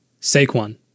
Saquon